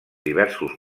diversos